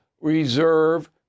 reserve